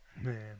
man